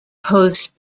host